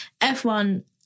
F1